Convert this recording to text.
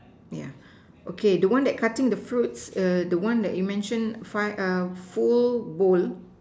yeah okay the one that cutting the fruit the one that you mention five full bowl